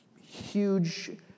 huge